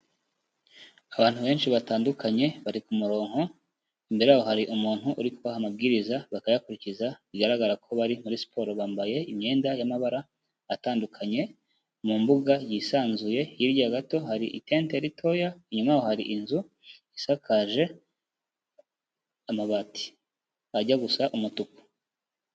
Abantu benshi batandukanye bari ku muronko, imbere yabo hari umuntu uri kubaha amabwiriza bakayakurikiza, bigaragara ko bari muri siporo, bambaye imyenda y'amabara atandukanye mu mbuga yisanzuye, hirya gato hari itente ritoya, inyuma y'aho hari inzu isakaje amabati ajya gusa umutuku.